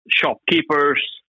shopkeepers